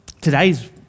Today's